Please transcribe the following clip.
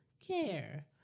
care